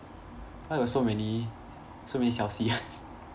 why got so many so many 消息